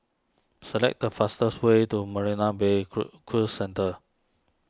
select the fastest way to Marina Bay Crue Cruise Centre